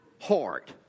heart